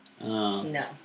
No